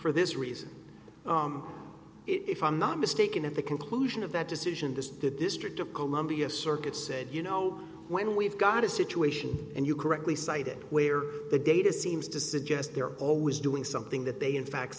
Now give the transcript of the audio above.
for this reason if i'm not mistaken at the conclusion of that decision this the district of columbia circuit said you know when we've got a situation and you correctly cited where the data seems to suggest they're always doing something that they in fact